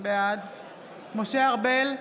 בעד משה ארבל,